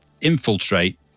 infiltrate